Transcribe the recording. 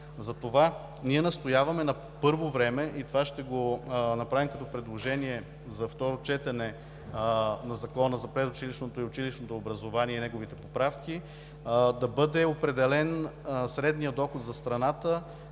Затова ние настояваме на първо време, и това ще го направим като предложение за второто четене на Закона за предучилищното и училищното образование и неговите поправки, да бъде определен средният доход за страната